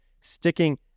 sticking